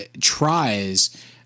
tries